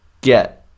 get